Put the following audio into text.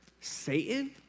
Satan